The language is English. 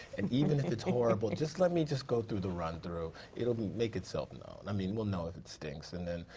and even if it's horrible just let me just go through the run-through. it'll make itself known. i mean, we'll know if it stinks, and then.